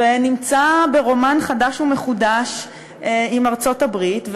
ונמצא ברומן חדש ומחודש עם ארצות-הברית,